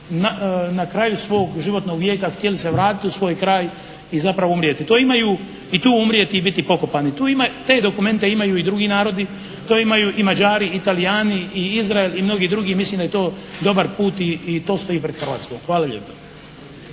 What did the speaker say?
na kraju svog životnog vijeka htjeli se vratiti u svoj kraj i zapravo umrijeti, i tu umrijeti i biti pokopani. Te dokumente imaju i drugi narodi, to imaju i Mađari i Talijani i Izrael i mnogi drugi i mislim da je to dobar put i to stoji pred Hrvatskom. Hvala lijepa.